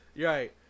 Right